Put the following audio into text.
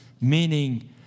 Meaning